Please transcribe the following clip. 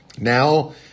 Now